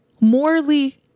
morally